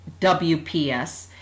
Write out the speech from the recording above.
WPS